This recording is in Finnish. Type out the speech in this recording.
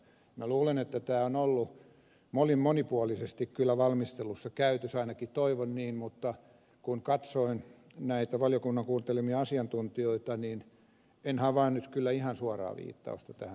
minä luulen että tämä on ollut monipuolisesti kyllä valmistelussa käytössä ainakin toivon niin mutta kun katsoin valiokunnan kuuntelemia asiantuntijoita en havainnut kyllä ihan suoraa viittausta tähän